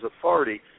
authority